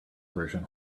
version